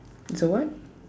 it's a what